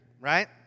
right